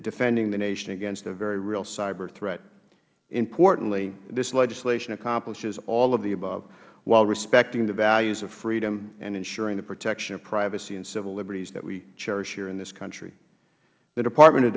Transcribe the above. defending the nation against the very real cyber threat importantly this legislation accomplishes all of the above while respecting the values of freedom and ensuring the protection of privacy and civil liberties that we cherish in this country the department of